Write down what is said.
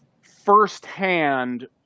firsthand